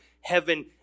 heaven